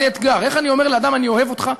זה אתגר: איך אני אומר לאדם: אני אוהב אותך,